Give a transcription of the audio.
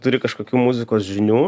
turi kažkokių muzikos žinių